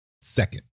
second